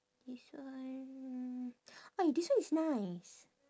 this one !oi! this one is nice